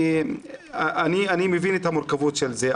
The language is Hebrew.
אני מבין את המורכבות של זה,